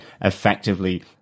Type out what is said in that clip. effectively